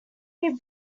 you